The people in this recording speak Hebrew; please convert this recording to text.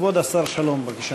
כבוד השר שלום, בבקשה.